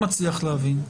להבין.